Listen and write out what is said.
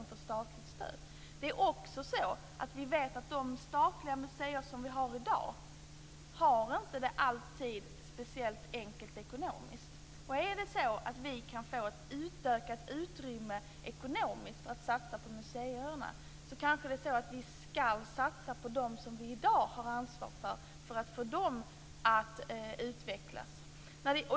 Vi vet också att de statliga museer som finns i dag inte alltid har det speciellt enkelt ekonomiskt. Om vi kan få ett utökat ekonomiskt utrymme för att satsa på museerna ska vi kanske satsa på dem som vi har ansvar för i dag, så att de utvecklas.